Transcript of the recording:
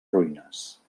ruïnes